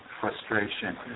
frustration